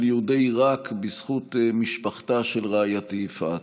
יהודי עיראק בזכות משפחתה של רעייתי יפעת.